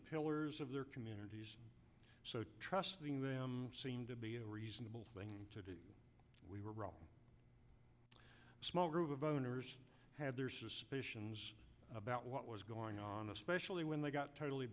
pillars of their communities so trusting them seemed to be a reasonable thing to do we were all a small group of owners had their suspicions about what was going on especially when they got totally